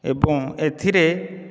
ଏବଂ ଏଥିରେ